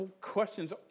questions